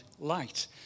light